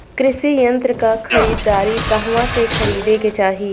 कृषि यंत्र क खरीदारी कहवा से खरीदे के चाही?